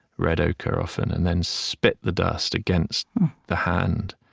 red ochre, often, and then spit the dust against the hand,